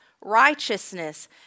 righteousness